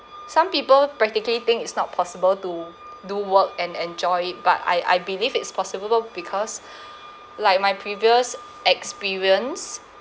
some people practically think it's not possible to do work and enjoy it but I I believe it's possible because like my previous experience